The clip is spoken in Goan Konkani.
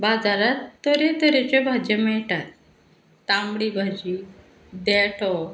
बाजारात तरे तरेच्यो भाज्यो मेळटात तांबडी भाजी देठो